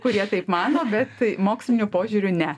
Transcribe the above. kurie taip mano bet moksliniu požiūriu ne